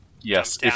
Yes